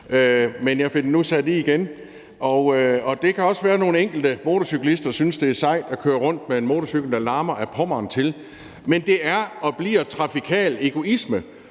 Men jeg fik den nu sat i igen. Det kan også være, at nogle enkelte motorcyklister synes, det er sejt at køre rundt med en motorcykel, som larmer ad Pommern til, men det er og bliver trafikal egoisme.